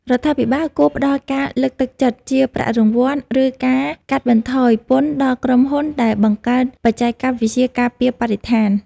រដ្ឋាភិបាលគួរផ្តល់ការលើកទឹកចិត្តជាប្រាក់រង្វាន់ ឬការកាត់បន្ថយពន្ធដល់ក្រុមហ៊ុនដែលបង្កើតបច្ចេកវិទ្យាការពារបរិស្ថាន។